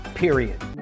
period